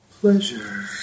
pleasure